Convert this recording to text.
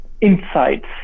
insights